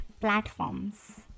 platforms